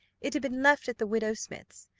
it had been left at the widow smith's.